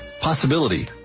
possibility